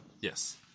Yes